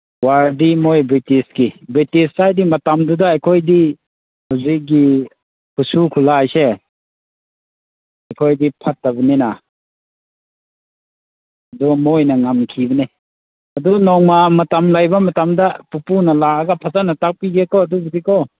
ꯋꯥꯔꯗꯤ ꯃꯣꯏ ꯕ꯭ꯔꯤꯇꯤꯁꯀꯤ ꯕ꯭ꯔꯤꯇꯤꯁ ꯍꯥꯏꯗꯤ ꯃꯇꯝꯗꯨꯗ ꯑꯩꯈꯣꯏꯗꯤ ꯍꯧꯖꯤꯛꯀꯤ ꯈꯨꯠꯁꯨ ꯈꯨꯂꯥꯏꯁꯦ ꯑꯩꯈꯣꯏꯗꯤ ꯐꯠꯇꯕꯅꯤꯅ ꯑꯗꯨ ꯃꯣꯏꯅ ꯉꯝꯈꯤꯕꯅꯦ ꯑꯗꯨ ꯅꯣꯡꯃ ꯃꯇꯝ ꯂꯩꯕ ꯃꯇꯝꯗ ꯄꯨꯄꯨꯅ ꯂꯥꯛꯑꯒ ꯐꯖꯅ ꯇꯥꯛꯄꯤꯒꯦꯀꯣ ꯑꯗꯨꯕꯨꯗꯤꯀꯣ